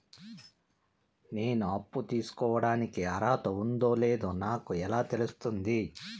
నేను అప్పు తీసుకోడానికి అర్హత ఉందో లేదో నాకు ఎలా తెలుస్తుంది?